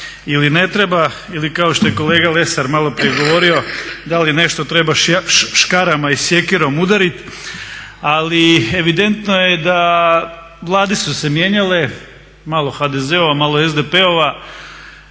ili ne treba ili kao što je kolega Lesar malo prije govorio da li nešto treba škarama i sjekirom udariti. Ali evidentno je da Vlade su se mijenjale, malo HDZ-ova, malo SDP-ova,